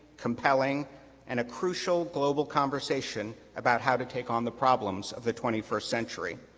compelling and a crucial global conversation about how to take on the problems of the twenty first century.